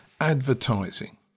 advertising